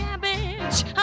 cabbage